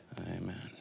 Amen